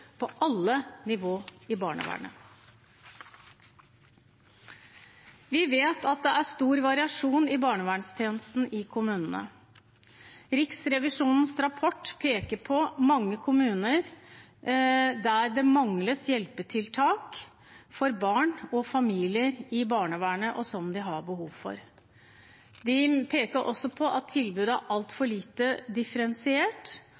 på alle nivå i barnevernet. Vi vet at det er stor variasjon i barnevernstjenesten i kommunene. Riksrevisjonens rapport peker på mange kommuner der det mangler hjelpetiltak i barnevernet for barn og familier som har behov for det. De peker også på at tilbudet